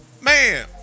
man